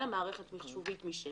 אין לה מערכת מחשובית משלה,